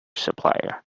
supplier